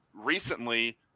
recently